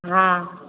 हँ